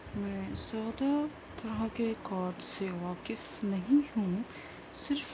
میں زیادہ طرح کے کارڈ سے واقف نہیں ہوں صرف